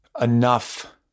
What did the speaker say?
enough